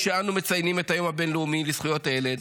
כשאנו מציינים את היום הבין-לאומי לזכויות הילד,